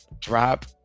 Drop